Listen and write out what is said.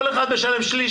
כל אחד משלם שליש,